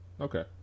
Okay